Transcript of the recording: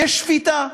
ויש שפיטה.